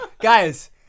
Guys